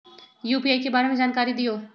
UPI के बारे में जानकारी दियौ?